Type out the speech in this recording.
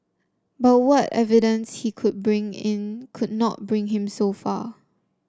but what evidence he could bring in could not bring him so far